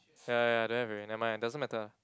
ya ya I don't have already nevermind ah it doesn't matter ah